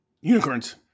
Unicorns